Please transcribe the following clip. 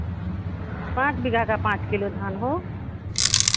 पाँच बीघा का पाँच किलो धान हो